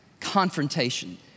confrontation